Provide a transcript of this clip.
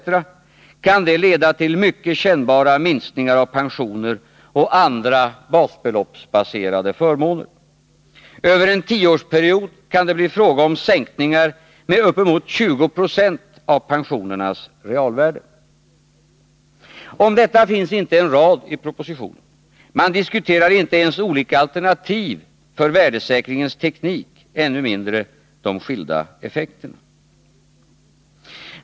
kan detta leda till mycket kännbara minskningar av pensioner och andra basbeloppsbaserade förmåner. Över en tioårsperiod kan det bli fråga om sänkningar med uppemot 20 26 av pensionernas realvärde. Om detta finns inte en rad i propositionen. Man diskuterar inte ens olika alternativ för värdesäkringens teknik, ännu mindre de skilda effekterna.